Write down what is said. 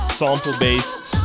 sample-based